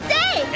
day